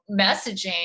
messaging